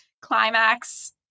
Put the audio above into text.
Climax